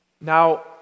Now